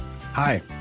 Hi